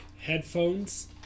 Headphones